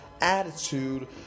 attitude